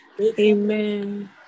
Amen